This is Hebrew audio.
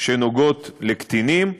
שנוגעות לקטינים.